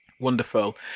Wonderful